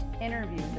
interviews